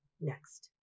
next